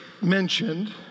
mentioned